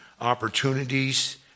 opportunities